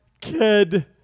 Kid